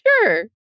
Sure